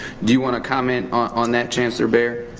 do you wanna comment on that, chancellor behr?